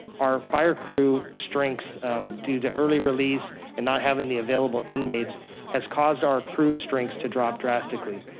our fire crew strengths due to early release and not having the available inmates has caused our crews' strengths to drop drastically.